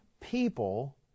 people